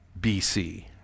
BC